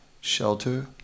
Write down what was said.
shelter